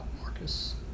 Marcus